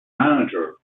manager